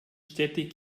städte